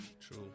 True